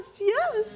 yes